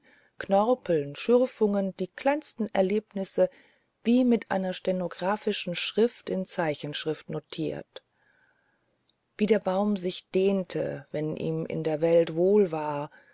knorpeln schürfungen die kleinsten erlebnisse wie mit einer stenographischen schrift in zeichenschrift notiert wie der baum sich dehnte wenn ihm in der welt wohl war